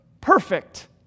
perfect